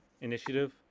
initiative